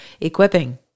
equipping